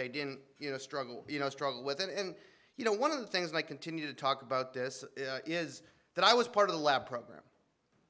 they didn't you know struggle you know struggle with and you know one of the things i continue to talk about this is that i was part of the lab program